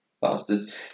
Bastards